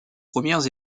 premières